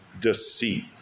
deceit